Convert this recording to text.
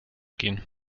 gehen